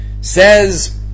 Says